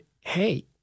hey